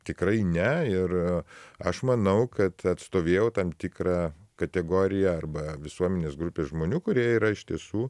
tikrai ne ir aš manau kad atstovėjau tam tikrą kategoriją arba visuomenės grupę žmonių kurie yra iš tiesų